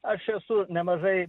aš esu nemažai